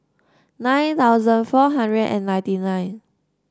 nine thousand four hundred and ninety nine